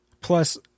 Plus